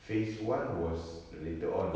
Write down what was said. phase one was later on